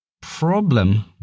problem